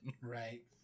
right